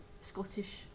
Scottish